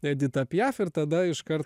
edita piaf ir tada iškart